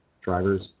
drivers